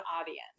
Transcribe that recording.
audience